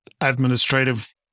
administrative